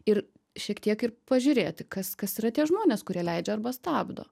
ir šiek tiek ir pažiūrėti kas kas yra tie žmonės kurie leidžia arba stabdo